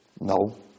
no